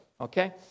okay